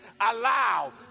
allow